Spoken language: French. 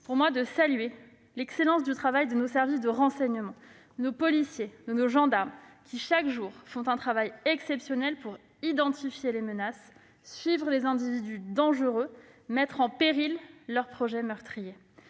voudrais également saluer nos services de renseignement, nos policiers, nos gendarmes, qui, chaque jour, font un travail exceptionnel pour identifier les menaces, suivre les individus dangereux et mettre en péril leurs projets meurtriers.